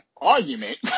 argument